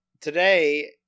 today